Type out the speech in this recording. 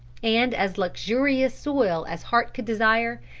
and as luxurious soil as heart could desire,